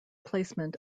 placement